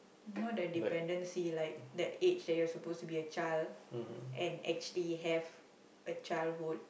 not the dependency but the age that you're supposed to be a child and have a childhood